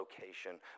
location